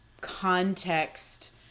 context